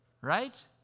Right